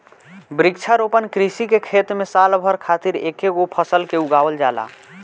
वृक्षारोपण कृषि के खेत में साल भर खातिर एकेगो फसल के उगावल जाला